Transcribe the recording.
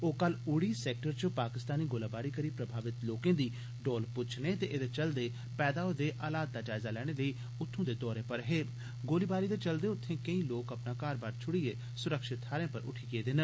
ओ कल उड़ी सैक्टर च पाकिस्तानी गोलीबारी करी प्रभावत लोकें दी डौल पुच्छने ते एदे चलदे पैदा होए दे हालात दा जायजा लैने लेई उत्थू दे दौरे पर गेदे हे गोलीबारी दे चलदे उत्थें केंई लोक अपना घार बाहर छुड़ियै सुरक्षत थारें पर उठी गेदे न